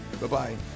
Bye-bye